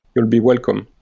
you'll be welcome.